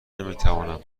نمیتوانم